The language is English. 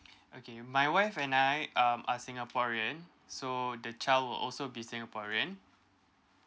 okay my wife and I um are singaporean so the child will also be singaporean